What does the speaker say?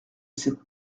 cette